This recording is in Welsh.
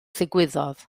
ddigwyddodd